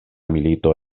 milito